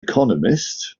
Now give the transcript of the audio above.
economist